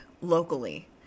locally